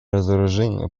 разоружению